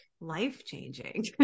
life-changing